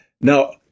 Now